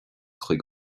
chuig